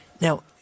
now